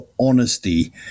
honesty